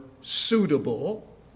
suitable